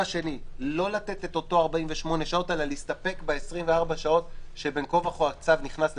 2. לא לתת 48 שעות אלא להסתפק ב-24 השעות שבין כה וכה הצו נכנס לתוקף,